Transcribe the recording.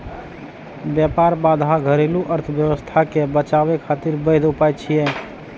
व्यापार बाधा घरेलू अर्थव्यवस्था कें बचाबै खातिर वैध उपाय छियै